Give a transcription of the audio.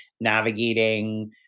navigating